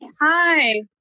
hi